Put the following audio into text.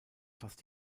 fast